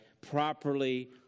properly